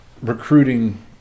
recruiting